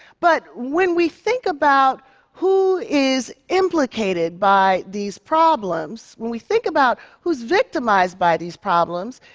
but when we think about who is implicated by these problems, when we think about who's victimized by these problems,